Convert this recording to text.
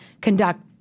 conduct